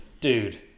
Dude